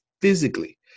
physically